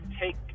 take